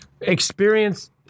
experience